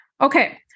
Okay